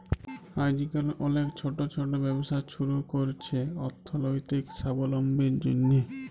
আইজকাল অলেক ছট ছট ব্যবসা ছুরু ক্যরছে অথ্থলৈতিক সাবলম্বীর জ্যনহে